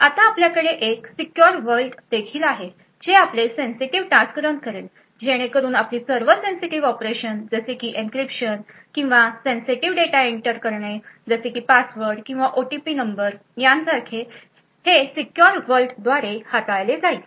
आता आपल्याकडे एक सीक्युर वर्ल्ड देखील आहे जे आपले सेन्सिटिव्ह टास्क रन करेल जेणेकरून आपली सर्व सेन्सिटिव्ह ऑपरेशन जसे की एन्क्रिप्शन किंवा सेन्सिटिव्ह डेटा इंटर करणे जसे की पासवर्ड किंवा ओटीपी नंबर यांसारखे हे सीक्युर वर्ल्डद्वारे हाताळले जाईल